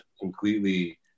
completely